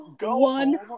one